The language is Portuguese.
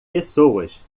pessoas